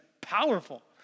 powerful